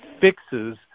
fixes